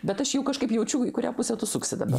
bet aš jau kažkaip jaučiu į kurią pusę tu suksi dabar